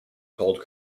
called